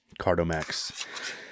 Cardomax